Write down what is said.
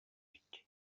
эппит